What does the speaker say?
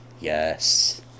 yes